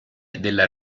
della